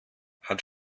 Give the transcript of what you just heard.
hat